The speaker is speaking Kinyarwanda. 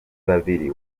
babiri